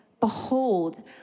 Behold